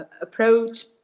approach